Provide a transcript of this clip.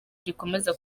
rikomeza